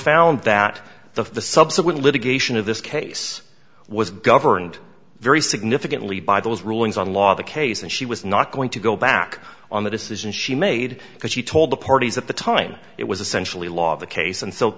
found that the subsequent litigation of this case was governed very significantly by those rulings on law the case and she was not going to go back on the decision she made because she told the parties at the time it was essentially law the case and so